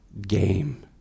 game